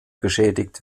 beschädigt